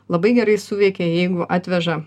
labai gerai suveikia jeigu atveža